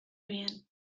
bien